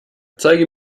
zeige